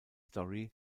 story